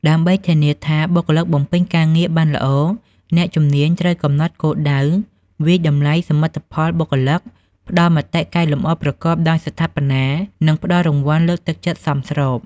ដើម្បីធានាថាបុគ្គលិកបំពេញការងារបានល្អ អ្នកជំនាញ ត្រូវកំណត់គោលដៅ វាយតម្លៃសមិទ្ធផលបុគ្គលិក ផ្តល់មតិកែលម្អប្រកបដោយស្ថាបនា និងផ្តល់រង្វាន់លើកទឹកចិត្តសមស្រប។